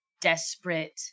desperate